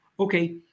Okay